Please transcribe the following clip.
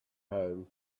home